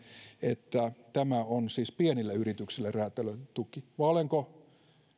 että tämä on siis pienille yrityksille räätälöity tuki